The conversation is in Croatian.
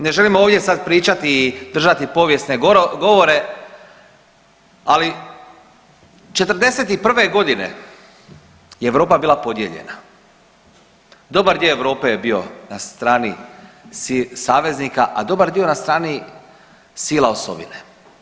Ne želim ovdje sad pričati i držati povijesne govore, ali '41.g. je Europa bila podijeljena, dobar dio Europe je bio na strani saveznika, a dobar dio na strani sila osovine.